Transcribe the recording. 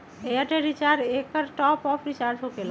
Airtel recharge एकर top up recharge होकेला?